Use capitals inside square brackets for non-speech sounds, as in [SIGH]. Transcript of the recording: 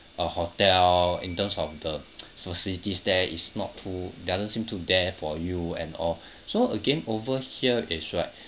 uh hotel in terms of the [NOISE] facilities there is not too doesn't seem to there for you and all so again over here is right